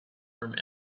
from